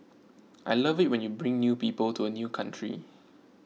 I love it when you bring people to a new country